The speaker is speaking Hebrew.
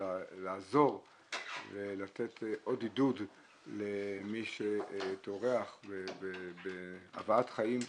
של לעזור ולתת עוד עידוד למי שטורח בהבאת חיים,